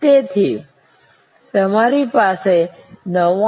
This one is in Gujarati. તેથી તમારી પાસે 99